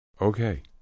Okay